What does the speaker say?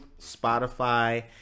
Spotify